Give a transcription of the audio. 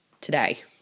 today